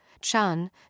Chun